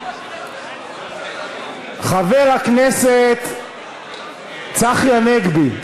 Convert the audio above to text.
חבר הכנסת צחי הנגבי,